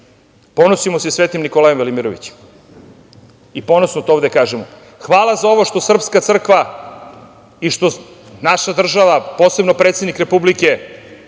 ponosimo se i Svetim Nikolajem Velimirovićem i ponosno to ovde kažemo. Hvala za ovo što Srpska crkva i što naša država, posebno predsednik Republike,